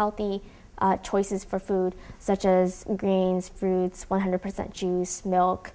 healthy choices for food such as greens fruits one hundred percent juice milk